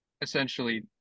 essentially